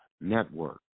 Network